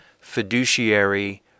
fiduciary